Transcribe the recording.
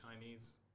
Chinese